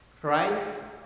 Christ